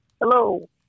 Hello